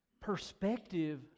Perspective